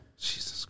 Jesus